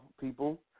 people